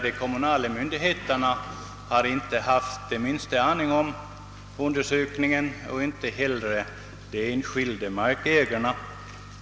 De kommunala myndigheterna har emellertid inte på minsta sätt varit underrättade om undersökningen vilket också gäller de enskilda markägarna.